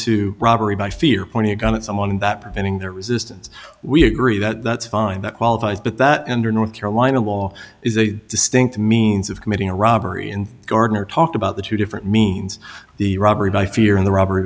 to robbery by fear pointing a gun at someone and that preventing their resistance we agree that that's fine that qualifies but that under north carolina law is a distinct means of committing a robbery in gardner talk about the two different means the robbery by fear and the robbery